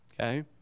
okay